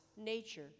nature